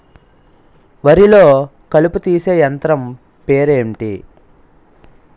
వరి లొ కలుపు తీసే యంత్రం పేరు ఎంటి?